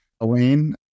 Elaine